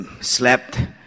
slept